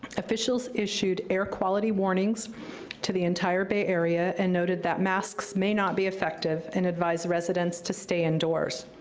official issued air quality warnings to the entire bay area. and noted that masks may not be effective, and advised residents to stay indoors.